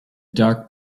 dark